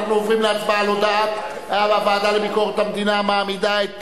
אנחנו עוברים להצבעה על הודעת הוועדה לענייני ביקורת המדינה המעמידה את